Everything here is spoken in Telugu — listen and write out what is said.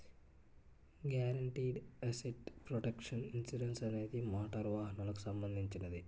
గారెంటీడ్ అసెట్ ప్రొటెక్షన్ ఇన్సురన్సు అనేది మోటారు వాహనాలకు సంబంధించినది